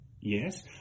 Yes